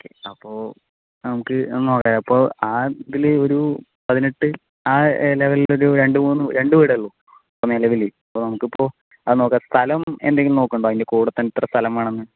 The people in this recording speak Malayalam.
ഓക്കേ അപ്പോൾ നമുക്ക് ആ ഇതില് ഒരു പതിനെട്ടു ആ ലെവലിലുള്ളൊരു രണ്ടുമൂന്നു രണ്ടു വീടെയുള്ളൂ നിലവിൽ ഇപ്പോൾ നമുക്കപ്പോൾ അത് സ്ഥലം എന്തെങ്കിലും നോക്കുന്നുണ്ടോ അതിൻ്റെ കൂടെ തന്നെ ഇത്ര സ്ഥലം വേണമെന്നു